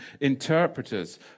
interpreters